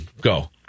Go